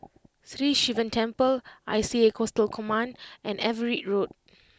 Sri Sivan Temple I C A Coastal Command and Everitt Road